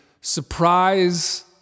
surprise